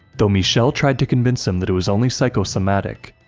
though michel tried to convince him that it was only psychosomatic,